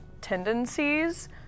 tendencies